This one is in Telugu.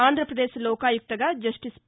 ఆంధ్రప్రదేశ్ లోకాయుక్తగా జన్టిస్ వి